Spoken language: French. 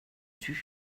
tut